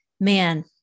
man